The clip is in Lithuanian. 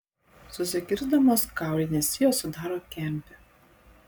susikirsdamos kaulinės sijos sudaro kempę